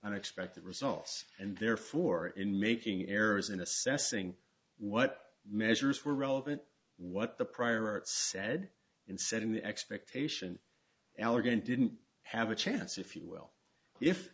unexpected results and therefore in making errors in assessing what measures were relevant what the prior art said in setting the expectation allegan didn't have a chance if you will if